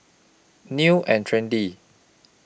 New and Trendy